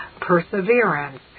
perseverance